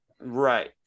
Right